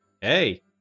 Hey